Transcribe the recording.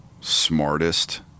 smartest